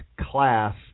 class